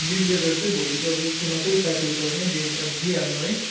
leave letter चाहिँ भोलि अब स्कुलमा कोही साथीहरू छ भनेदेखि दिइहाल्नु है